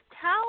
Tell